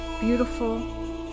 beautiful